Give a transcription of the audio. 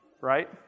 right